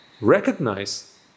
recognize